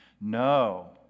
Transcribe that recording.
No